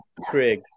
Craig